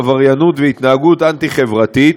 עבריינות והתנהגות אנטי-חברתית,